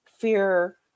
fear